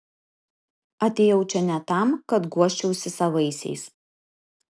atėjau čia ne tam kad guosčiausi savaisiais